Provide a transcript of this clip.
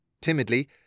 Timidly